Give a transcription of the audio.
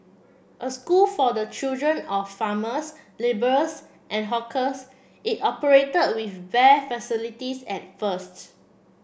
a school for the children of farmers labourers and hawkers it operated with bare facilities at first